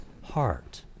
heart